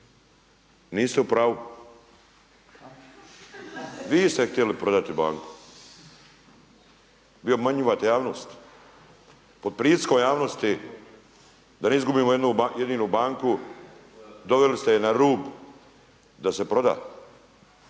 niste u pravu. Vi ste htjeli prodati banku. Vi obmanjivate javnost. Pod pritiskom javnosti da ne izgubimo jednu jedinu banku doveli ste je na rub da se proda.